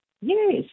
Yes